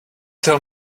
tell